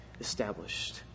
established